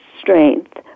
strength